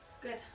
Good